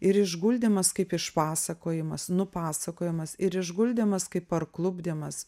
ir išguldymas kaip išpasakojimas nupasakojimas ir išguldymas kaip parklupdymas